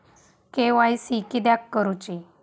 KYC किदयाक करूची?